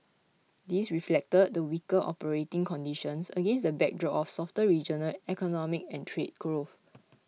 this reflected the weaker operating conditions against the backdrop of softer regional economic and trade growth